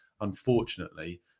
unfortunately